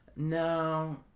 No